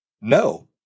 No